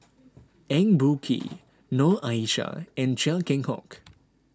Eng Boh Kee Noor Aishah and Chia Keng Hock